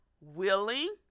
willing